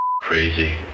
crazy